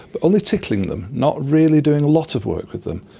but only tickling them, not really doing a lot of work with them,